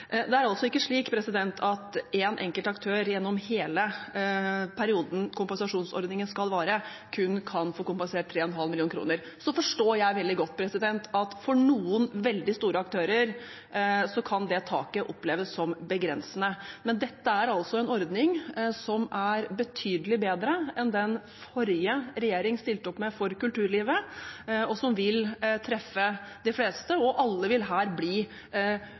Det er altså ikke slik at en enkelt aktør gjennom hele perioden kompensasjonsordningen skal vare, kun kan få kompensert 3,5 mill. kr. Jeg forstår veldig godt at for noen veldig store aktører kan det taket oppleves som begrensende, men dette er altså en ordning som er betydelig bedre enn den som den forrige regjeringen stilte opp med for kulturlivet. Den vil treffe de fleste, og alle vil her bli